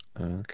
okay